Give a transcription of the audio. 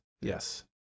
Yes